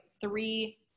three